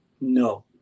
No